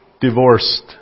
divorced